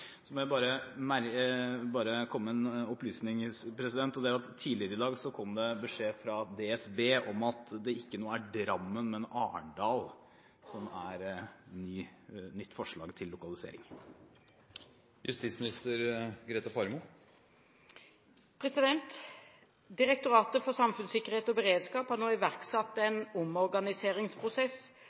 Jeg vil bare komme med en opplysning, og det er at tidligere i dag kom det beskjed fra DSB om at det nå ikke er Drammen, men Arendal som er nytt forslag til lokalisering. Direktoratet for samfunnssikkerhet og beredskap har nå iverksatt en omorganiseringsprosess